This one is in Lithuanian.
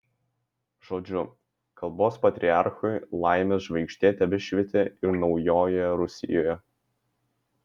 žodžiu kalbos patriarchui laimės žvaigždė tebešvietė ir naujoje rusijoje